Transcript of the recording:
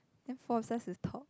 then force us to talk